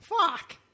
Fuck